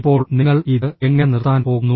ഇപ്പോൾ നിങ്ങൾ ഇത് എങ്ങനെ നിർത്താൻ പോകുന്നു